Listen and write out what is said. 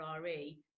RE